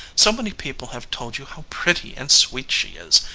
so many people have told you how pretty and sweet she is,